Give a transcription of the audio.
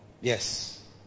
Yes